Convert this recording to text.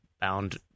bound